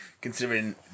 considering